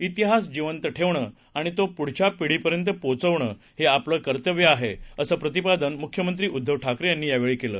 इतिहास जिवंत ठेवणं आणि तो पुढच्या पिढीपर्यंत पोचवणं हे आपले कर्तव्य आहे असं प्रतिपादन मुख्यमंत्री उद्धव ठाकरे यांनी यावेळी केलं